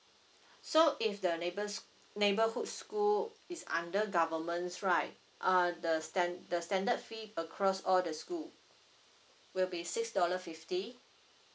so if the neighbours neighbourhood school is under government's right uh the stand the standard fee across all the school will be six dollar fifty